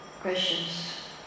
questions